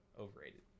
overrated